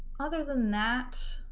other than that,